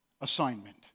assignment